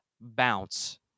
bounce